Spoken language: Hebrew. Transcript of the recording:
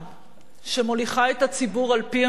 שמוליכה את הציבור על-פי עמדותיה,